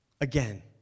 again